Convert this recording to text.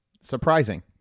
Surprising